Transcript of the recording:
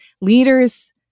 leaders